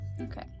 okay